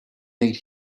need